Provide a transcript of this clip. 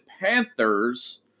Panthers